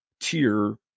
tier